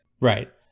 right